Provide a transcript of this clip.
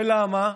ולמה?